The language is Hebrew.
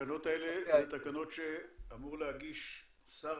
התקנות האלה הן תקנות שאמור להגיש שר